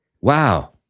wow